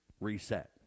reset